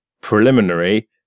preliminary